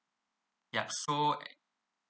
ya so